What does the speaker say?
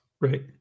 right